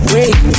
Wait